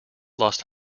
lost